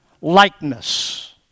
likeness